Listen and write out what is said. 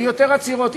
יהיו יותר עצירות,